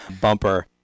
bumper